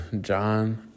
john